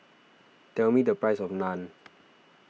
tell me the price of Naan